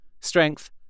Strength